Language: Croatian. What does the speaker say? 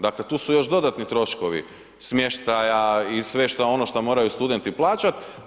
Dakle, tu su još dodatni troškovi smještaja i sve što ono što moraju studenti plaćati.